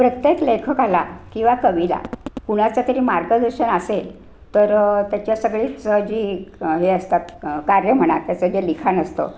प्रत्येक लेखकाला किंवा कविला कुणाचं तरी मार्गदर्शन असेल तर त्याच्या सगळीच जी हे असतात कार्य म्हणा त्याचं जे लिखाण असतं